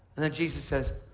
and then jesus says,